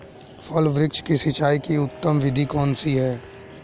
फल वृक्ष की सिंचाई की उत्तम विधि कौन सी है?